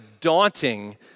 daunting